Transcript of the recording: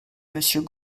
monsieur